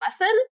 lesson